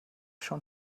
schon